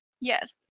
Yes